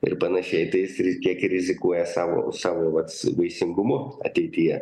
ir panašiai tai jis riz kiek ir rizikuoja savo savo vat vaisingumu ateityje